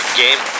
game